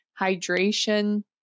hydration